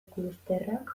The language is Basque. klusterrak